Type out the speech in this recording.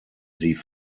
sie